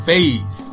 Face